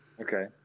Okay